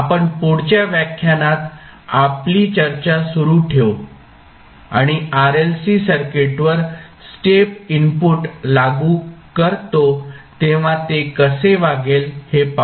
आपण पुढच्या व्याख्यानात आपली चर्चा सुरू ठेवू आणि RLC सर्किटवर स्टेप इनपुट लागू करतो तेव्हा ते कसे वागेल हे पाहू